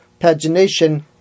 pagination